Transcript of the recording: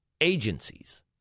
agencies